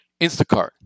Instacart